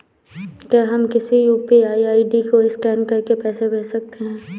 क्या हम किसी यू.पी.आई आई.डी को स्कैन करके पैसे भेज सकते हैं?